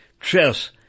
chess